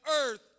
earth